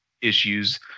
issues